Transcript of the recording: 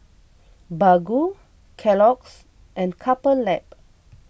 Baggu Kellogg's and Couple Lab